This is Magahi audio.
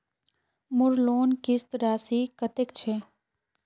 मोर लोन किस्त राशि कतेक छे?